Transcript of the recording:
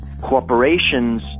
corporations